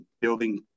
building